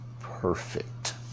perfect